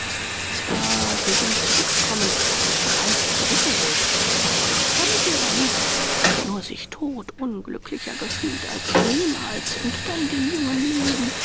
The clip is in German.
zwar sie sind zurückgekommen mit gewalt zurückgeholt bereut haben sie aber nicht nur sich todunglücklicher gefühlt als jemals und dann dem jungen leben